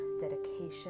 dedication